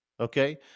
Okay